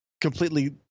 completely